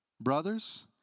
Brothers